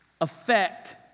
affect